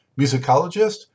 musicologist